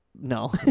No